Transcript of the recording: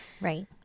right